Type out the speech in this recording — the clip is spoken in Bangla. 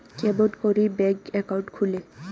কেমন করি ব্যাংক একাউন্ট খুলে?